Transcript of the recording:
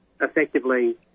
effectively